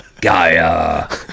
Gaia